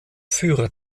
führer